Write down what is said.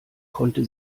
konnte